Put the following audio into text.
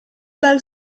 dal